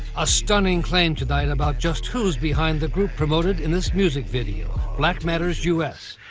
a studying claim today about just who is behind the group promoted in this music video. black matters us.